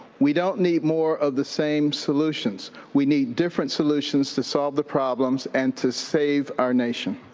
we don't need more of the same solutions. we need different solutions to solve the problems and to save our nation.